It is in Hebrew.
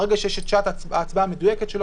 ברגע שיש את שעת ההצבעה המדויקת שלו,